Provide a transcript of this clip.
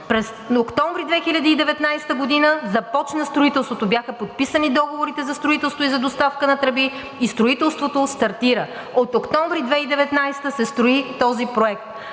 През октомври 2019 г. започна строителството, бяха подписани договорите за строителство и доставка на тръби и строителството стартира. От октомври 2019 г. се строи този проект.